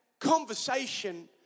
conversation